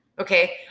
Okay